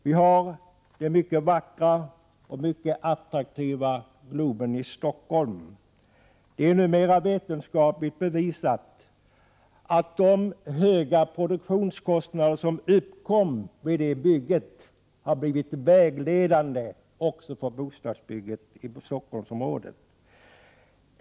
Vi har den mycket vackra och attraktiva Globen i Stockholm. Det är numera vetenskapligt bevisat att de höga produktionskostnader som uppkom vid det bygget har blivit vägledande också för bostadsbyggandet i Stockholmsområdet.